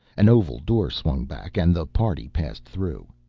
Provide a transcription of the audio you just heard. an oval door swung back and the party passed through.